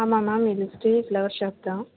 ஆமாம் மேம் இது Sri flower shop தான்